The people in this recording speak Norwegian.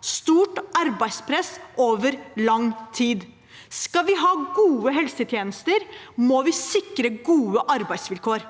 stort arbeidspress over lang tid. Skal vi ha gode helsetjenester, må vi sikre gode arbeidsvilkår.